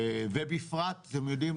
ואתם יודעים,